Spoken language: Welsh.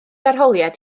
arholiad